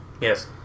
Yes